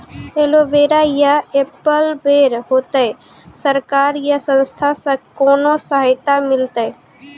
Aloe vera या apple ber होते? सरकार या संस्था से कोनो सहायता मिलते?